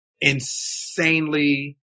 insanely